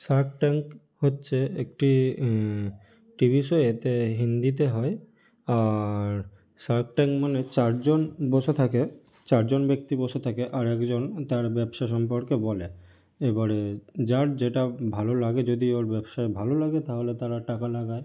Shark Tank হচ্ছে একটি TV show এটি হিন্দিতে হয় আর শার্ক ট্যাঙ্ক মানে চারজন বসে থাকে চারজন ব্যক্তি বসে থাকে আর একজন তার ব্যবসা সম্পর্কে বলে এবারে যার যেটা ভালো লাগে যদি ওর ব্যবসা ভালো লাগে তাহলে তারা টাকা লাগায়